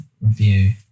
review